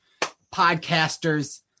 Podcasters